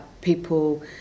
People